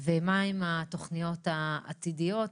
ומה עם התוכניות העתידיות.